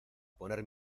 poner